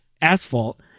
asphalt